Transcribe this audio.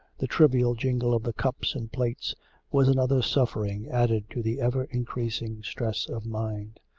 the trivial jingle of the cups and plates was another suffering added to the ever-increasing stress of mind.